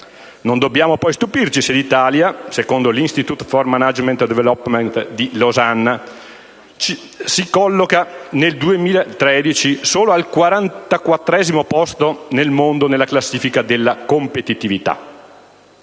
Non dobbiamo poi stupirci se l'Italia, secondo l'*International* **Institute** *for Management* **Development* di Losanna*, si colloca nel 2013 solo al quarantaquattresimo posto nel mondo nella classifica della competitività.